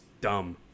dumb